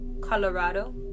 colorado